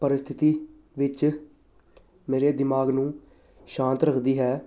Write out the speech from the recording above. ਪਰਿਸਥਿਤੀ ਵਿੱਚ ਮੇਰੇ ਦਿਮਾਗ ਨੂੰ ਸ਼ਾਂਤ ਰੱਖਦੀ ਹੈ